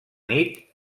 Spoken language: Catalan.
nit